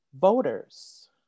voters